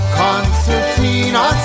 concertina